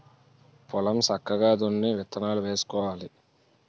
పొలం సక్కగా దున్ని విత్తనాలు వేసుకోవాలి